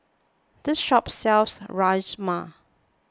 this shop sells Rajma